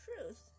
truth